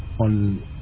on